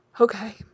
Okay